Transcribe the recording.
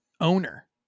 owner